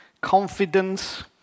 confidence